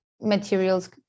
materials